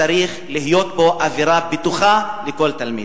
צריכה להיות בו אווירה בטוחה לכל תלמיד.